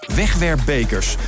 wegwerpbekers